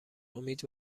امید